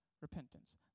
repentance